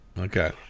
Okay